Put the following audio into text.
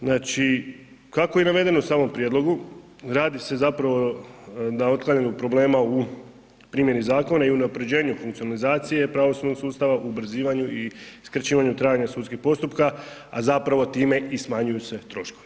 Znači kako je i navedeno u samom prijedlogu, radi se zapravo na otklanjanju problema u primjeni zakona i unaprjeđenju funkcionalizacije pravosudnog sustava, ubrzivanju i skraćivanju trajanja sudskih postupka a zapravo time i smanjuju se troškovi.